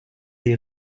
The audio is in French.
les